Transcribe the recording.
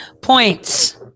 points